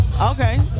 Okay